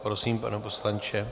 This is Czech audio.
Prosím, pane poslanče.